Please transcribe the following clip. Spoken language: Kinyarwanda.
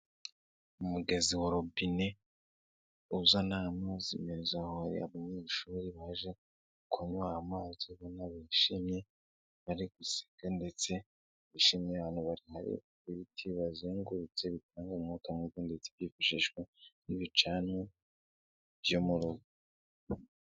Mu mugezi wa robine uzana amazi meza, aho hari abanyeshuri baje kunywa amazi ubona bishimye bari guse ndetse bishimiye ahantu bari, hari ibiti bibazengurutse bikabaha umwuka mwiza, ndetse byifashishwa n'ibicanwa byo mu rugo.